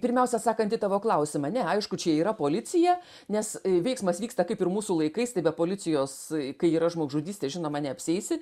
pirmiausia sakant į tavo klausimą ne aišku čia yra policija nes veiksmas vyksta kaip ir mūsų laikais tai be policijos kai yra žmogžudystė žinoma neapsieisi